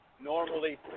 normally